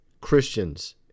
Christians